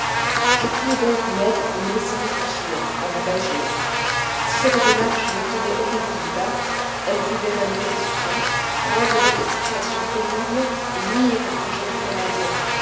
je priai donc ned de me laisser réfléchir avant d'agir si cette démarche n'obtenait aucun résultat elle pouvait raviver ses soupçons rendre notre situation pénible et nuire aux projets du canadien